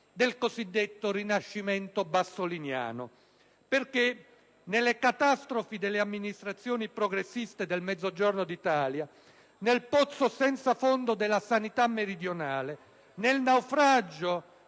del cosiddetto "rinascimento bassoliniano". Nelle catastrofi delle amministrazioni progressiste del Mezzogiorno d'Italia, nel pozzo senza fondo della sanità meridionale, nel naufragio